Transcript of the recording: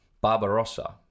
Barbarossa